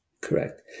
Correct